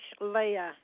Leah